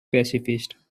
pacifist